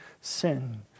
sin